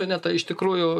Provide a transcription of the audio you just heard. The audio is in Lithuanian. ineta iš tikrųjų